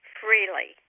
freely